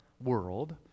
world